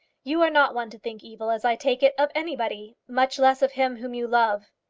you are not one to think evil, as i take it, of anybody much less of him whom you love.